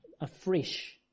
afresh